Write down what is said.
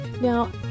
Now